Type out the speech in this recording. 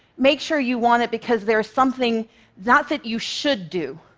make sure you want it because there's something not that you should do,